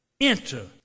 enter